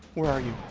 where are you?